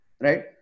right